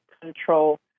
control